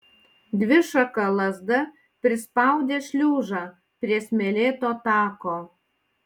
dvišaka lazda prispaudė šliužą prie smėlėto tako